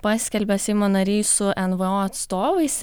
paskelbė seimo nariai su nvo atstovais